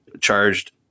charged